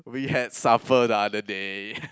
we had supper the other day